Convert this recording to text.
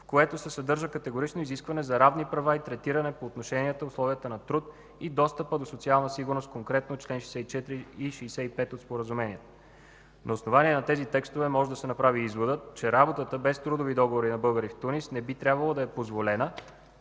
в което се съдържа категорично изискване за равни права и третиране по отношенията условията на труд и достъпа до социална сигурност – конкретно чл. 64 и чл. 65 от Споразумението. На основание на тези текстове може да се направи изводът, че работата без трудови договори на българи в Тунис не би трябвало да е позволена,